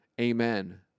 Amen